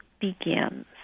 begins